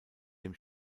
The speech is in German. dem